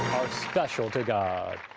special to god!